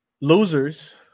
losers